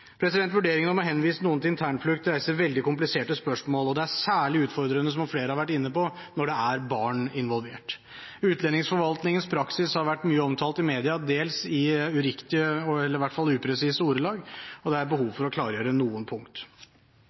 Vurderingen om å henvise noen til internflukt reiser veldig kompliserte spørsmål, og det er særlig utfordrende, som flere har vært inne på, når det er barn involvert. Utlendingsforvaltningens praksis har vært mye omtalt i media, i dels uriktige – i hvert fall upresise – ordelag, og det er behov for å klargjøre noen